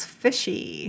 fishy